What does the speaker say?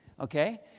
Okay